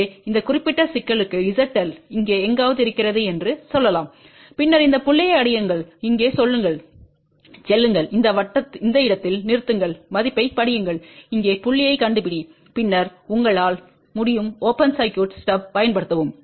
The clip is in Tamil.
எனவே இந்த குறிப்பிட்ட சிக்கலுக்கு zL இங்கே எங்காவது இருக்கிறது என்று சொல்லலாம் பின்னர் இந்த புள்ளியை அடையுங்கள் இங்கே செல்லுங்கள் இந்த இடத்தில் நிறுத்துங்கள் மதிப்பைப் படியுங்கள் இங்கே புள்ளியைக் கண்டுபிடி பின்னர் உங்களால் முடியும் ஓபன் சர்க்யூட் ஸ்டப் பயன்படுத்தவும்